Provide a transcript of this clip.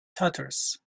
tatters